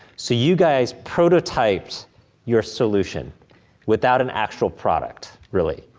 so you guys prototyped your solution without an actual product, really.